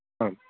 आम्